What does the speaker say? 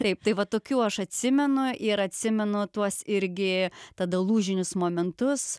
taip tai va tokių aš atsimenu ir atsimenu tuos irgi tada lūžinius momentus